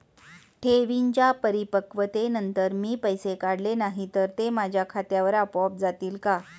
ठेवींच्या परिपक्वतेनंतर मी पैसे काढले नाही तर ते माझ्या खात्यावर आपोआप जातील का?